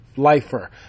lifer